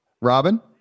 Robin